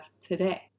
today